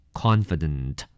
confident